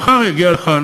מחר יגיע לכאן,